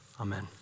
Amen